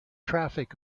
traffic